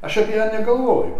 aš apie ją negalvoju